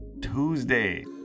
Tuesday